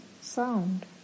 sound